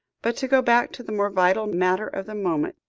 but, to go back to the more vital matter of the moment.